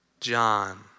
John